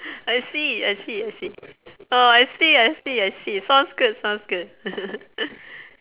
I see I see I see oh I see I see I see sounds good sounds good